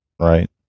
right